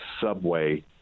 Subway